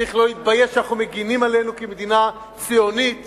צריך לא להתבייש שאנחנו מגינים עלינו כמדינה ציונית